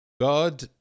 God